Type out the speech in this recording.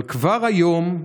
אבל כבר היום,